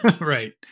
Right